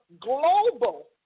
global